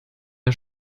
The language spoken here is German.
der